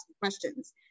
questions